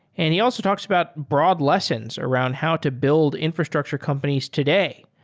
and he also talks about broad lessons around how to build infrastructure companies today.